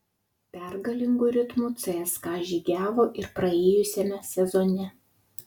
pergalingu ritmu cska žygiavo ir praėjusiame sezone